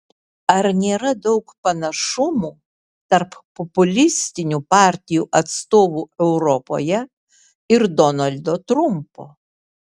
ar nėra daug panašumų tarp populistinių partijų atstovų europoje ir donaldo trumpo